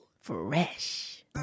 fresh